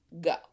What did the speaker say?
Go